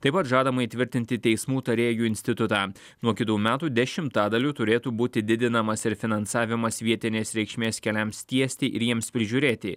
taip pat žadama įtvirtinti teismų tarėjų institutą nuo kitų metų dešimtadaliu turėtų būti didinamas ir finansavimas vietinės reikšmės keliams tiesti ir jiems prižiūrėti